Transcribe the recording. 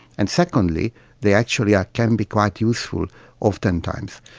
and secondly they actually ah can be quite useful oftentimes.